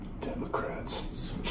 Democrats